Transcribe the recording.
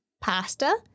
Pasta